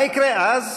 מה יקרה אז?